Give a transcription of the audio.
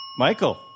Michael